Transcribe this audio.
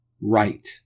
right